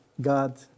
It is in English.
God